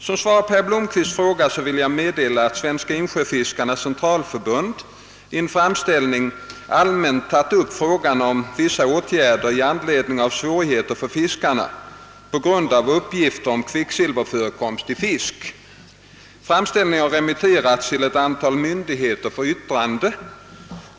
Som svar på herr Blomkvists fråga vill jag meddela att Svenska Insjöfiskarenas Centralförbund i en framställning allmänt tagit upp frågan om vissa åtgärder i anledning av svårigheter för fiskarna på grund av uppgifter om kvicksilverförekomst i fisk. Framställningen har remitterats till ett antal myndigheter för yttrande.